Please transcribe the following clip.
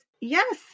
Yes